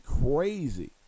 crazy